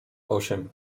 osiem